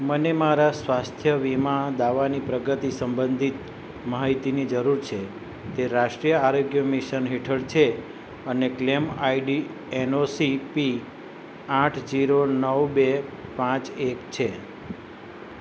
મને મારા સ્વાસ્થ્ય વીમા દાવાની પ્રગતિ સંબંધિત માહિતીની જરૂર છે તે રાષ્ટ્રીય આરોગ્ય મિશન હેઠળ છે અને ક્લેમ આઈડી એનઓસી પી આઠ જીરો નવ બે પાંચ એક છે